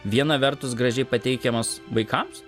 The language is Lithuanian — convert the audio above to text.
viena vertus gražiai pateikiamos vaikams